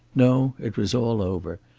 no, it was all over,